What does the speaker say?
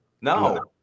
No